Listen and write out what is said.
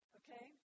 okay